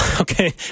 okay